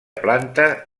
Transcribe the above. planta